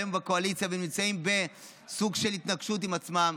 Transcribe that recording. היום הם בקואליציה ונמצאים בסוג של התנגשות עם עצמם.